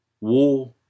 war